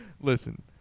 Listen